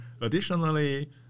Additionally